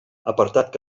apartat